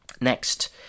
Next